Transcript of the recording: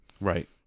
Right